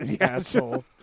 asshole